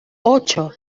ocho